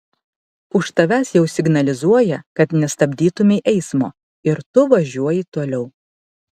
už tavęs jau signalizuoja kad nestabdytumei eismo ir tu važiuoji toliau